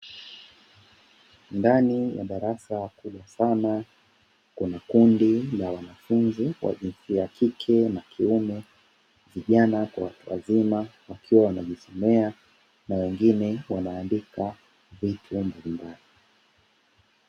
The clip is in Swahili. Ndani ya darasa kubwa sana, kuna kundi la wanafunzi wa jinsia ya kike na ya kiume, vijana kwa watu wazima wakiwa wanajisomea na wengine wanaandika vitu mbalimbali.